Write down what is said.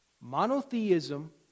Monotheism